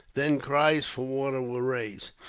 than cries for water were raised.